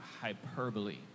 hyperbole